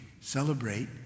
celebrate